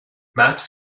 maths